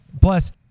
Plus